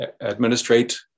administrate